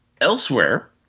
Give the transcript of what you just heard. elsewhere